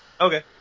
Okay